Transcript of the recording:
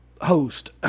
Host